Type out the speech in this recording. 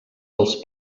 als